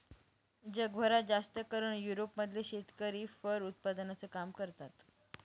जगभरात जास्तकरून युरोप मधले शेतकरी फर उत्पादनाचं काम करतात